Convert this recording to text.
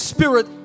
Spirit